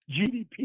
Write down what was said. GDP